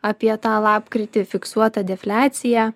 apie tą lapkritį fiksuotą defliaciją